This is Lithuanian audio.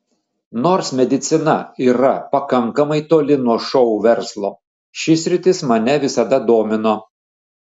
nors medicina yra pakankamai toli nuo šou verslo ši sritis mane visada domino